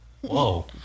Whoa